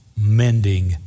mending